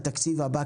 בתקציב הבא?